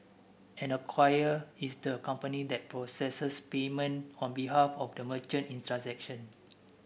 an acquirer is the company that processes payment on behalf of the merchant in transaction